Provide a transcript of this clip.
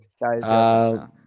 guys